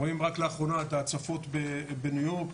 ראינו רק לאחרונה את ההצפות בניו יורק,